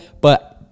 but-